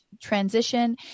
transition